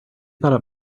thought